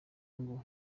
ngo